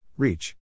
Reach